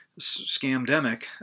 scandemic